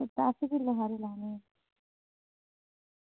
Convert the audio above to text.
ते तुसें किन्ने हारे लैने